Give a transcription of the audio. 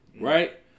Right